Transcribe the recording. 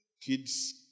kids